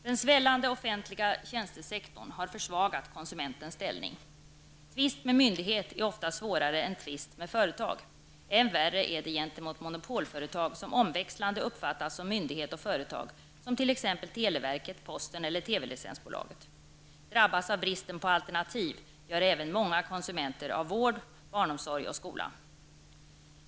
Den svällande offentliga tjänstesektorn har försvagat konsumentens ställning. Tvist med myndighet är ofta svårare än tvist med företag. Än värre är det gentemot monopolföretag som omväxlande uppfattas som myndighet och företag, som t.ex. televerket, posten eller TV-licensbolaget. Drabbas av bristen på alternativ gör även många konsumenter av vård, barnomsorg och skola.